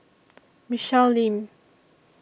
Michelle Lim